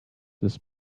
this